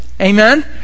Amen